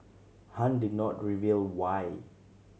Han did not reveal why